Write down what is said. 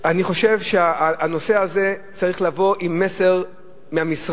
אני חושב שהנושא הזה צריך לבוא עם מסר מהמשרד,